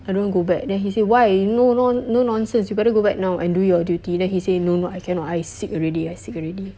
I don't want to go back then he say why no no no nonsense you better go back now and do your duty then he said no no I cannot I sick already I sick already